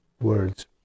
words